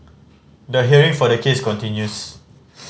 the hearing for the case continues